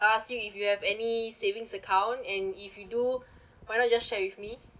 ask you if you have any savings account and if you do why not you just share with me